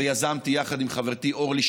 ויזמתי יחד עם חברתי אורלי,